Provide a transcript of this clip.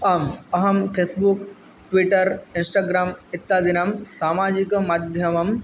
आम् अहं Facebook Twitter Instagram इत्यादिनां सामाजिक माध्यमम्